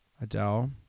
Adele